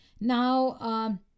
Now